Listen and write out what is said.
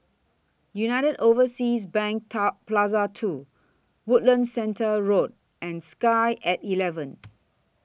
United Overseas Bank Top Plaza two Woodlands Centre Road and Sky At eleven